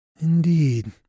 Indeed